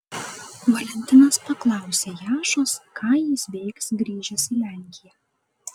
valentinas paklausė jašos ką jis veiks grįžęs į lenkiją